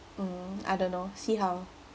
mm I don't know see how